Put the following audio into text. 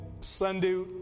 Sunday